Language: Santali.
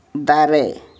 ᱫᱟᱨᱮ